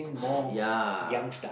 ya